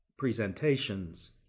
presentations